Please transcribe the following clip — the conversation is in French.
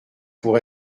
pour